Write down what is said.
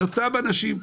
זה אותם אנשים.